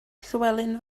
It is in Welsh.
llywelyn